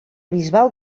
bisbal